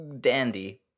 dandy